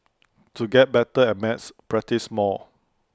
to get better at maths practise more